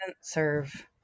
serve